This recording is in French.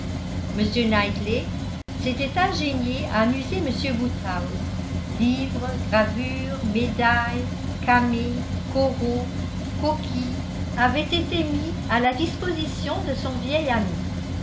m knightley s'était ingénié à amuser m woodhouse livres gravures médailles camées coraux coquilles avaient été mis à la disposition de son vieil ami